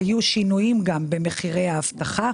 היו שינויים גם במחירי האבטחה